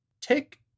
take